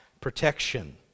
protection